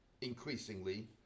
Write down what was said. Increasingly